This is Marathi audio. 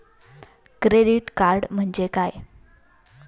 क्रेडिट कार्ड म्हणजे काय?